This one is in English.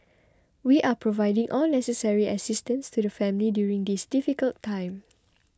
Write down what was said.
we are providing all necessary assistance to the family during this difficult time